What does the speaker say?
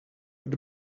what